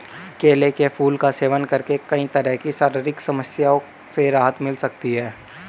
केले के फूल का सेवन करके कई तरह की शारीरिक समस्याओं से राहत मिल सकती है